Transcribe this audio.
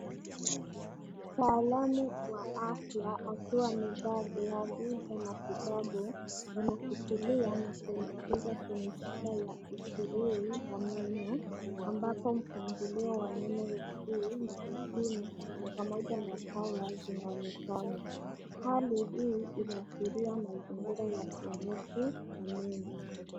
mtu wa afya akiwa ameivaa viatu vya matibabu anashikilia na kuelekezwa kwenye bidhaa ya x-ray ambapo mpangilio wa meno ya Juu na ya chini pamoja na kaa yake zinaonekana. Hali hii inaashiria mazingira ya kliniki.